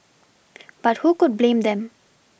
but who could blame them